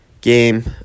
game